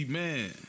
man